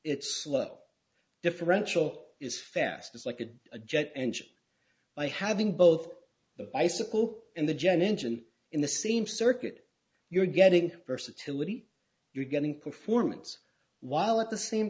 it's a low differential is fast it's like a a jet engine by having both the bicycle and the jenin in the same circuit you're getting versatility you're getting performance while at the same